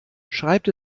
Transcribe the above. schreibt